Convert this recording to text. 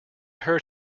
heard